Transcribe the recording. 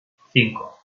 cinco